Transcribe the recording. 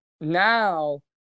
now